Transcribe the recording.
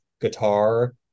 guitar